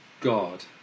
God